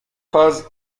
paz